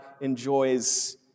enjoys